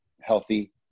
healthy